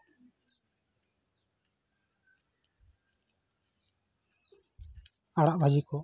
ᱟᱲᱟᱜ ᱵᱷᱟᱹᱡᱤ ᱠᱚ